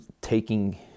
taking